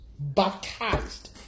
baptized